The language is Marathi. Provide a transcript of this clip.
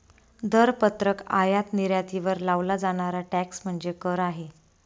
दरपत्रक आयात निर्यातीवर लावला जाणारा टॅक्स म्हणजे कर आहे